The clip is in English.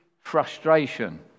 frustration